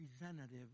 representative